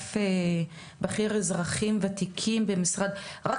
באגף בכיר אזרחים ותיקים במשרד הרווחה,